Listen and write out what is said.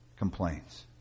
Complaints